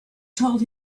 told